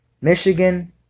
Michigan